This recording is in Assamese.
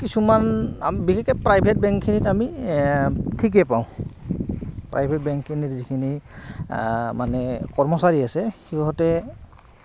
কিছুমান বিশেষকে প্ৰাইভেট বেংকখিনিত আমি ঠিকেই পাওঁ প্ৰাইভেট বেংকখিনিৰ যিখিনি মানে কৰ্মচাৰী আছে সিহঁতে